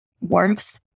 warmth